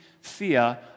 fear